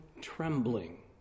trembling